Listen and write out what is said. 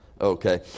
Okay